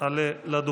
עלה לדוכן.